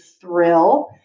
thrill